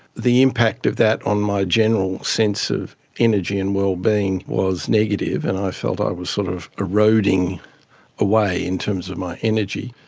the impact of that on my general sense of energy and wellbeing was negative and i felt i was sort of eroding away in terms of my energy.